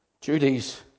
duties